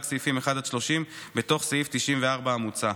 רק סעיפים 1 30 בתוך סעיף 94 המוצע.